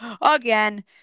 again